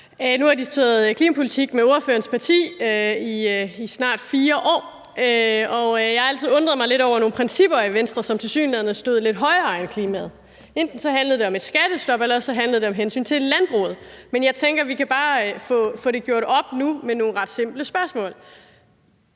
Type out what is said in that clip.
Nu har jeg diskuteret klimapolitik med ordførerens parti i snart 4 år, og jeg har altid undret mig lidt over nogle principper i Venstre, som tilsyneladende stod lidt højere end klimaet. Enten handlede det om et skattestop, eller også handlede det om hensynet til landbruget. Jeg tænker, at vi bare kan få det gjort op nu med nogle ret simple spørgsmål.